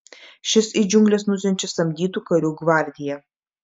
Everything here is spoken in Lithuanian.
šis į džiungles nusiunčia samdytų karių gvardiją